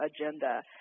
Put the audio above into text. agenda